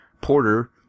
porter